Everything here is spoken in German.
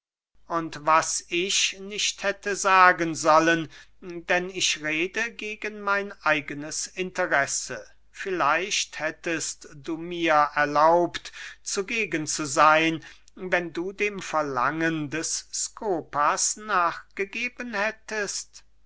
und was ich nicht hätte sagen sollen denn ich rede gegen mein eigenes interesse vielleicht hättest du mir erlaubt zugegen zu seyn wenn du dem verlangen des skopas nachgegeben hättest